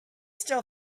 still